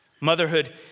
Motherhood